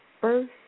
first